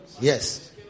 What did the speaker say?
Yes